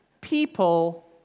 people